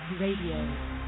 Radio